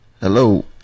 hello